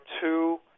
two